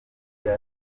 bya